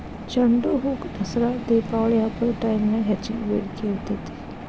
ಚಂಡುಹೂಕ ದಸರಾ ದೇಪಾವಳಿ ಹಬ್ಬದ ಟೈಮ್ನ್ಯಾಗ ಹೆಚ್ಚಗಿ ಬೇಡಿಕಿ ಇರ್ತೇತಿ